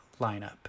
lineup